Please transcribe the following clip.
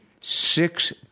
Six